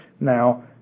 Now